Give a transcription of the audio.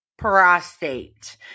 prostate